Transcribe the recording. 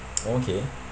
okay